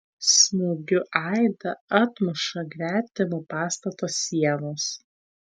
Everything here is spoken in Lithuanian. smūgių aidą atmuša gretimo pastato sienos